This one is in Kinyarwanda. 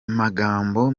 magambo